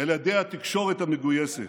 על ידי התקשורת המגויסת.